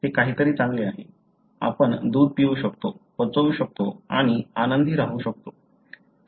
ते काहीतरी चांगले आहे आपण दूध पिऊ शकतो पचवू शकतो आणि आनंदी राहू शकतो